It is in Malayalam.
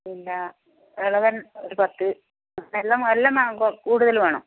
പിന്നെ ഇളവൻ ഒരു പത്ത് അങ്ങനെ എല്ലാം എല്ലാം വേണം കൂടുതൽ വേണം